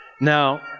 Now